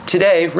Today